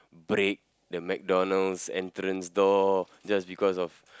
break the McDonald's entrance door just because of